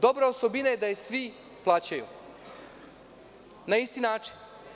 Dobra je osobina da je svi plaćaju na isti način.